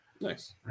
Nice